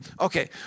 Okay